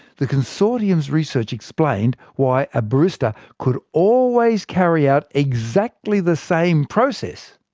the consortium's research explained why a barista could always carry out exactly the same process,